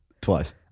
twice